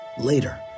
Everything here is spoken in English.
Later